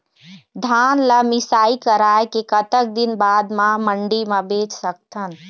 धान ला मिसाई कराए के कतक दिन बाद मा मंडी मा बेच सकथन?